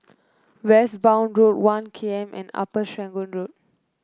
Westbourne Road One K M and Upper Serangoon Road